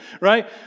right